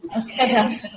Okay